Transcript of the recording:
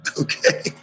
Okay